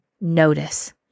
notice